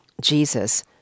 Jesus